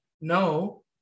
no